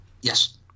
Yes